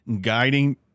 guiding